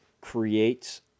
creates